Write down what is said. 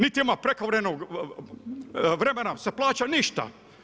Niti ima prekovremenog vremena se plaća ništa.